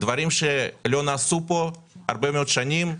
דברים שלא נעשו פה הרבה מאוד שנים,